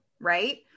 right